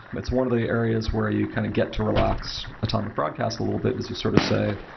but it's one of the areas where you kind of get to relax atomic broadcast a little bit as you sort of say,